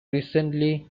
recently